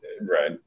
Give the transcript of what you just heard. Right